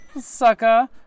sucker